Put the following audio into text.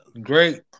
Great